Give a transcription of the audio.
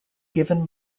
given